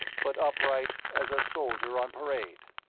but upright as a soldier on parade.